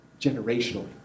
generationally